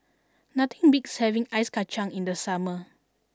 nothing beats having ice kacang in the summer